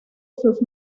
sus